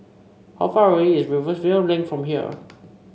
how far away is Rivervale Link from here